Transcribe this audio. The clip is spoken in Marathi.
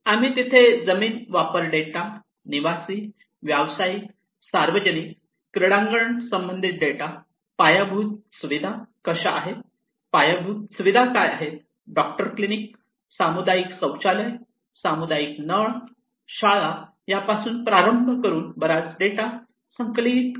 आम्ही तिथे जमीन वापर डेटा निवासी व्यावसायिक सार्वजनिक क्रीडांगण संबंधित डेटा पायाभूत सुविधा कशा आहेत पायाभूत सुविधा काय आहेत डॉक्टर क्लिनिक सामुदायिक शौचालय सामुदायिक नळ शाळा यापासून प्रारंभ करुन बराच डेटा संकलित केला